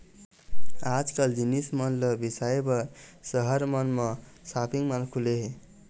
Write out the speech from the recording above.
आजकाल जिनिस मन ल बिसाए बर सहर मन म सॉपिंग माल खुले हे